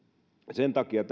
sen takia